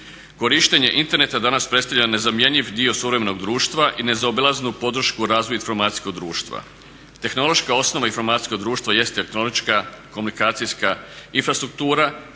Korištenje interneta danas predstavlja nezamjenjiv dio suvremenog društva i nezaobilaznu podršku razvoju informacijskog društva. Tehnološka osnova informacijskog društva jest elektronička komunikacijska infrastruktura